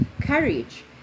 courage